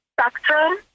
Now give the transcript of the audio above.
spectrum